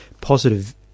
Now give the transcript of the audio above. positive